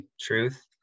truth